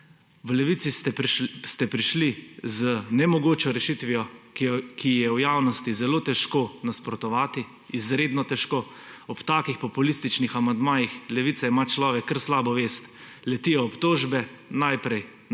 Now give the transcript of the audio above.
V Levici ste prišli z nemogočo rešitvijo, ki ji je v javnosti zelo težko nasprotovati, izredno težko, ob takih populističnih amandmajih Levice ima človek kar slabo vest. Letijo obtožbe, najprej